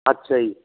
ਅੱਛਾ ਜੀ